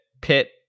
pit